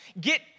get